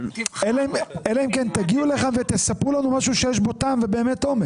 אלא אם כן תגיעו לכאן ותספרו לנו משהו שיש בו טעם ועומק.